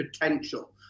potential